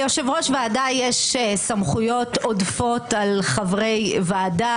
ליושב-ראש ועדה יש סמכויות עודפות על חברי ועדה,